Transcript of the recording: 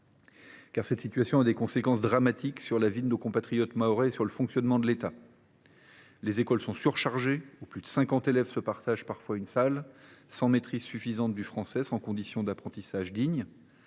Cette situation a des conséquences dramatiques sur la vie de nos compatriotes mahorais et sur le fonctionnement de l’État : les écoles sont surchargées, avec des classes de plus de cinquante élèves se partageant parfois une seule salle, sans maîtrise suffisante du français et sans aucune condition d’apprentissage digne